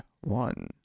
one